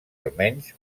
almenys